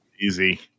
easy